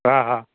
हा हा